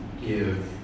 give